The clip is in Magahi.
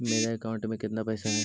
मेरे अकाउंट में केतना पैसा है?